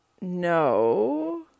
no